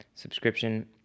subscription